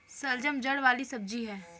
शलजम जड़ वाली सब्जी है